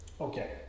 okay